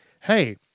hey